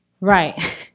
Right